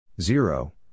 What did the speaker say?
Zero